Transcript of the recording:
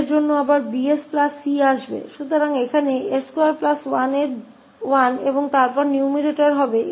तो यहाँ यह 𝑠𝑠21 और फिर अंश 𝐴 𝐵𝑠2 𝐶𝑠 𝐴 होगा